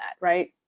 Right